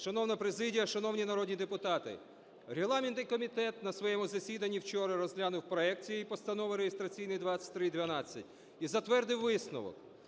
Шановна президія, шановні народні депутати! Регламентний комітет на своєму засіданні вчора розглянув проект цієї Постанови (реєстраційний 2312) і затвердив висновок.